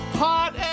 hot